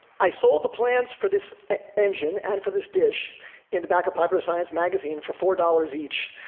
i sold the plans for this engine and for this dish in the back of popular science magazine, for four dollars each.